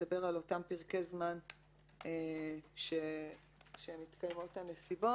(ג2) מדבר על אותם פרקי זמן שבהם מתקיימות הנסיבות.